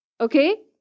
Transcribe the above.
Okay